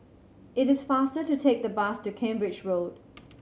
it is faster to take the bus to Cambridge Road